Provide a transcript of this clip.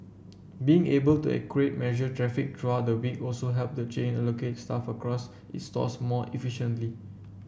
being able to accurate measure traffic throughout the week also helped the chain allocate staff across its stores more efficiently